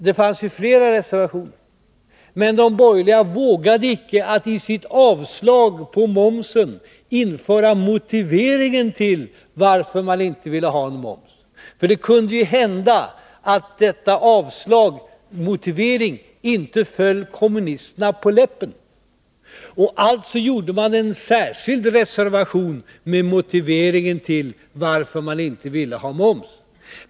Det fanns flera reservationer — de borgerliga vågade inte att i sin reservation om avslag på momshöjningen införa motiveringen till detta, för det kunde ju Nr 50 hända att denna avslagsmotivering inte föll kommunisterna på läppen. Alltså skrev man en särskild reservation med motiveringen till att man inte ville ha en momshöjning.